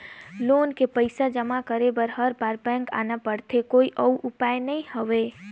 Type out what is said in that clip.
Loan के पईसा जमा करे बर हर बार बैंक आना पड़थे कोई अउ उपाय नइ हवय?